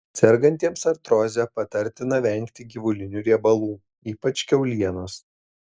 sergantiems artroze patartina vengti gyvulinių riebalų ypač kiaulienos